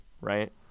right